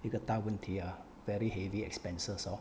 一个大问题 ah very heavy expenses orh